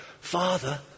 father